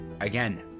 again